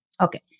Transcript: Okay